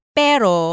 pero